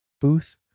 booth